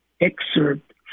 excerpt